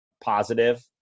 positive